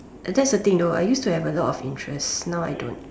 that's the thing though I used to have a lot of interests now I don't